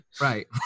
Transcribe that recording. Right